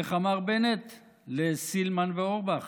איך אמר בנט לסילמן ואורבך?